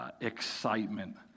excitement